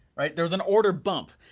right, there was an order bump,